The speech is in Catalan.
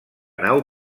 nau